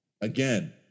again